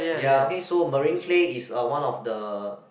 ya okay so marine clay is uh one of the